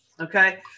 Okay